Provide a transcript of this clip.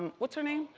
what's her name?